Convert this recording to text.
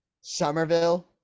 Somerville